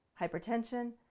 hypertension